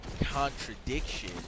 contradiction